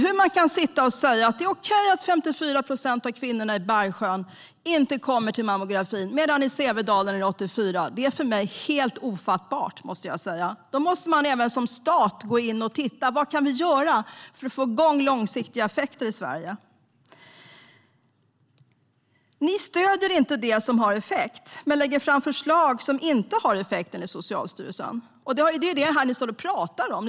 Hur man kan sitta och säga att det är okej att bara 54 procent av kvinnorna i Bergsjön kommer till mammografi medan det är 84 procent i Sävedalen är för mig helt ofattbart, måste jag säga. Då måste man som stat gå in och titta på vad vi kan göra för att få långsiktiga effekter i Sverige. Ni stöder inte det som har effekt men lägger fram förslag som enligt Socialstyrelsen inte har effekt. Det är dessa ni står och pratar om här framme.